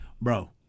bro